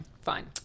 Fine